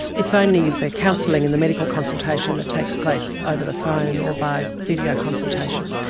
it's only the counselling and the medical consultation that takes place over the phone or by video consultation.